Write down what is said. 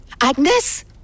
Agnes